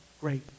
great